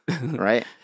right